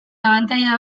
abantaila